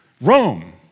Rome